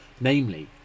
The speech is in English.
Namely